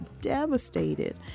devastated